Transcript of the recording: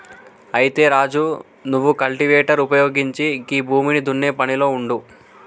అయితే రాజు నువ్వు కల్టివేటర్ ఉపయోగించి గీ భూమిని దున్నే పనిలో ఉండు